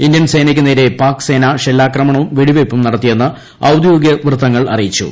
Indian സേനയ്ക്കു നേരെ ് പാക് സേന ഷെല്ലാക്രമണവും വെടിവയ്പ്പും നടത്തിയെന്ന് ഔദ്യോഗിക വൃത്തങ്ങൾ അറിയിച്ചു